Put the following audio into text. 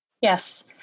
Yes